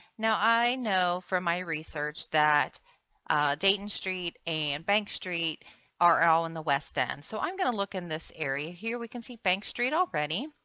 now, i know from my research that dayton street and bank street are all in the west end so i'm going to look in this area. here we can see bank street already.